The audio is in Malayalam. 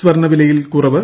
സ്വർണ്ണവിലയിൽ കുറവ്